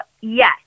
yes